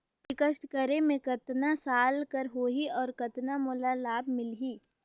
Fixed करे मे कतना साल कर हो ही और कतना मोला लाभ मिल ही?